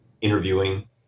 interviewing